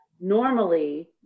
Normally